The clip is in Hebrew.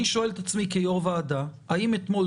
אני שואל את עצמי כיו"ר וועדה: האם אתמול,